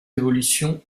évolutions